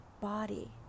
body